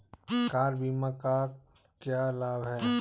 Car बीमा का क्या लाभ है?